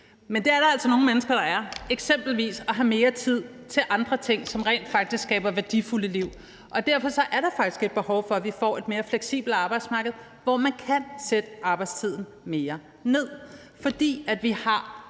Men det er der altså nogle mennesker, der er, eksempelvis af at have mere tid til andre ting, som rent faktisk skaber værdifulde liv. Derfor er der faktisk et behov for, at vi får et mere fleksibelt arbejdsmarked, hvor man kan sætte arbejdstiden mere ned. For vi har